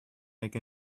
make